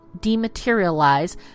dematerialize